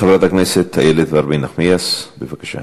חברת הכנסת איילת נחמיאס ורבין, בבקשה.